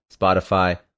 Spotify